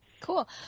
Cool